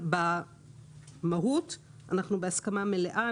במהות אנחנו בהסכמה מלאה.